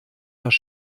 das